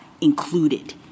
included